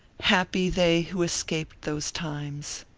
happy they who escaped those times!